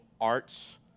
arts